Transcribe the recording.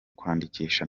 kwandikisha